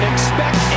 Expect